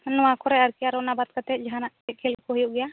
ᱱᱚᱶᱟ ᱠᱚᱨᱮᱫ ᱟᱨᱠᱤ ᱚᱱᱟ ᱵᱟᱫ ᱠᱟᱛᱮᱫ ᱟᱨ ᱪᱮᱫ ᱠᱷᱮᱞ ᱠᱚ ᱦᱩᱭᱩᱜ ᱜᱮᱭᱟ